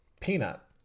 Peanut